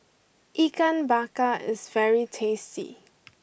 Ikan Bakar is very tasty